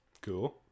cool